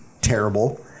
terrible